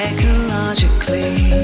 Ecologically